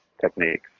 techniques